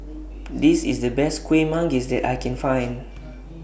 This IS The Best Kueh Manggis that I Can Find